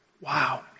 Wow